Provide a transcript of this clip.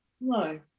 no